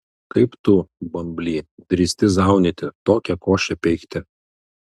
kaip tu bambly drįsti zaunyti tokią košę peikti